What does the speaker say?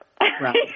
Right